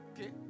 okay